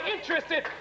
interested